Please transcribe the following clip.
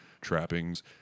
trappings